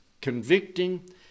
convicting